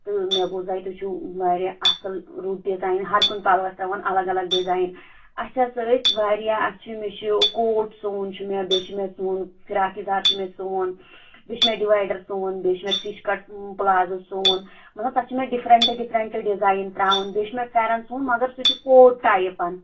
تہٕ مےٚ بوٗز اتہِ تُہۍ چھِو وارِیاہ اَصٕل رُت ڈِزاین ہر کُنہِ پلوَس ترٛاوَن الگ الگ ڈِزاین اَسہِ حظ ٲسۍ وارِیاہ اَسہِ چھِ مےٚ چھِ کوٹ سُوُن چھُ مےٚ بیٚیہِ چھُ مےٚ سُوُن فِراکھ یَزار چھُ مےٚ سُوُن بیٚیہِ چھُ مےٚ ڈِوایڈر سُوُن بیٚیہِ چھُ مےٚ فِش کَٹ پُلازوٗ سُوُن مطلب تَتھ چھِ مےٚ ڈِفرنٹہٕ ڈِفرنٹہٕ ڈِزاین تَرٛاوُن بیٚیہِ چھُ مےٚ پھٮ۪رن سُوُن مگر سُہ تہِ پوٹ ٹایِپ